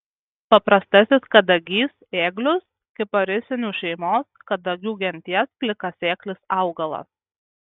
paprastasis kadagys ėglius kiparisinių šeimos kadagių genties plikasėklis augalas